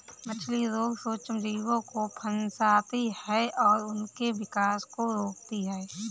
मछली रोग सूक्ष्मजीवों को फंसाती है और उनके विकास को रोकती है